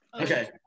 Okay